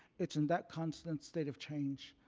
it's in that constant state of change.